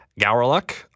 Gowerluck